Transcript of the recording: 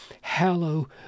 hallow